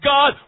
God